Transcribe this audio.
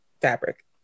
fabric